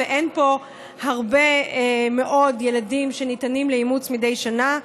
ואין פה הרבה מאוד ילדים שניתנים לאימוץ מדי שנה,